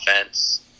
offense